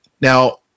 Now